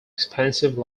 expensive